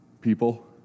people